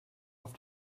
auf